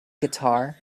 guitar